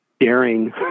daring